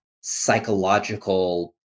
psychological